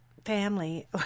Family